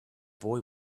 boy